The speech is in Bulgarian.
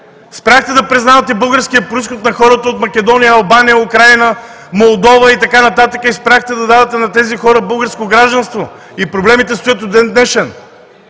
спряхте да признавате българския произход на хората от Македония, Албания, Украйна, Молдова и така нататък и спряхте да давате на тези хора българско гражданство. Проблемите стоят до ден-днешен.